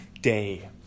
day